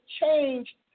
change